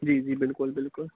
जी जी बिल्कुल बिल्कुल